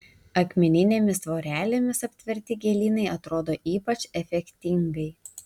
akmeninėmis tvorelėmis aptverti gėlynai atrodo ypač efektingai